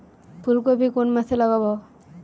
ফুলকপি কোন মাসে লাগাবো?